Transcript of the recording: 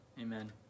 Amen